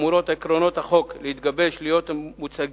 אמורים עקרונות החוק המתגבש להיות מוצגים